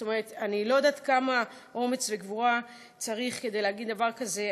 אני לא יודעת כמה אומץ וגבורה צריך כדי להגיד דבר כזה,